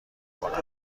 کنم